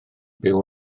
byw